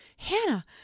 Hannah